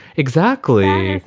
exactly.